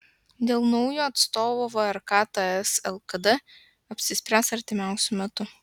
dėl naujo atstovo vrk ts lkd apsispręs artimiausiu metu